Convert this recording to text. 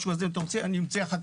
אם אתה רוצה אני אמצא.